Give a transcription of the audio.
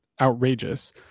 outrageous